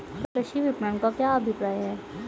कृषि विपणन का क्या अभिप्राय है?